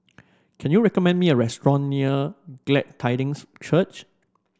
can you recommend me a restaurant near Glad Tidings Church